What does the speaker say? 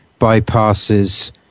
bypasses